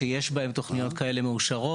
שיש בהן תוכניות מאושרות.